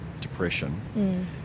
depression